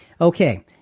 Okay